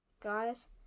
Guys